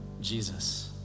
Jesus